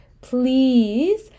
please